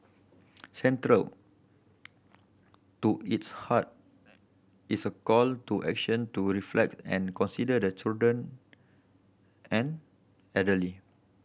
central to its heart is a call to action to reflect and consider the children and elderly